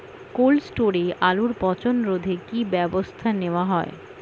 Cold স্টোরে আলুর পচন রোধে কি ব্যবস্থা নেওয়া হয়?